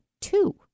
two